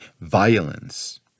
violence